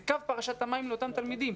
זה קו פרשת המים לאותם תלמידים,